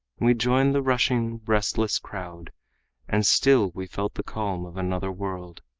we joined the rushing, restless crowd and still we felt the calm of another world.